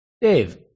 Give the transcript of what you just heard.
Dave